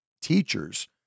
teachers